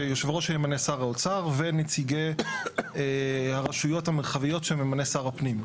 שיושב ראש שימנה שר האוצר ונציגי הרשויות המרחביות שממנה שר הפנים,